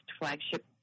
flagship